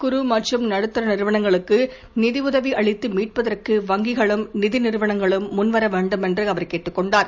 குறு மற்றும் நடுத்தர நிறுவனங்களுக்கு நிதி உதவி அளித்து சிறு மீட்பதற்கு வங்கிகளும் நிதி நிறுவனங்களும் முன் வரவேண்டும் என்று அவர் கேட்டுக் கொண்டார்